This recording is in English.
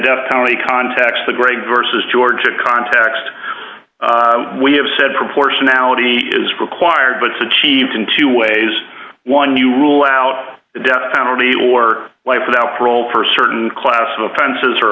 death penalty context the great versus georgia context we have said proportionality is required but to cheat in two ways one you rule out the death penalty or life without parole for a certain class of offenses or